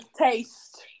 taste